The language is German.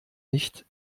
nicht